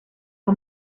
all